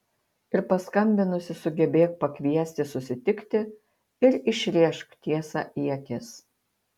ir paskambinusi sugebėk pakviesti susitikti ir išrėžk tiesą į akis